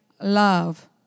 love